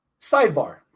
Sidebar